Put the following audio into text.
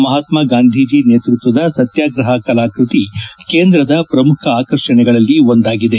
ಮಹಾತ್ನಾಗಾಂಧೀಜಿ ನೇತೃತ್ತದ ಸತ್ನಾಗ್ರಹ ಕಲಾಕೃತಿ ಕೇಂದ್ರದ ಪ್ರಮುಖ ಆಕರ್ಷಣೆಗಳಲ್ಲಿ ಒಂದಾಗಿದೆ